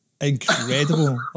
incredible